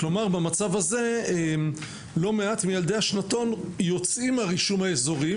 כלומר במצב הזה לא מעט מילדי השנתון יוצאים מהרישום האזורי,